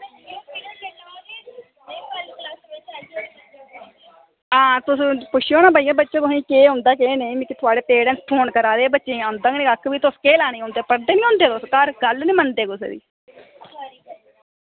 आं तुस तुस पुच्छेओ ना बच्चो तुसेंगी केह् औंदा केह् नेईं ते थुआढ़े पेरेंटस फोन करा दे तुस केह् लैने गी औंदे तुस गल्ल निं मनदे पढ़दे निं होंदे